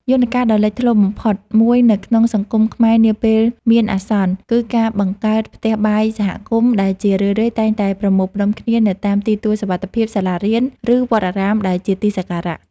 យន្តការដ៏លេចធ្លោបំផុតមួយនៅក្នុងសង្គមខ្មែរនាពេលមានអាសន្ន គឺការបង្កើត ផ្ទះបាយសហគមន៍ ដែលជារឿយៗតែងតែប្រមូលផ្ដុំគ្នានៅតាមទីទួលសុវត្ថិភាព សាលារៀន ឬវត្តអារាមដែលជាទីសក្ការៈ។